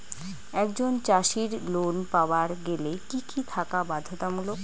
একজন চাষীর লোন পাবার গেলে কি কি থাকা বাধ্যতামূলক?